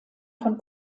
von